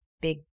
big